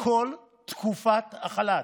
לכל תקופת החל"ת,